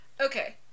okay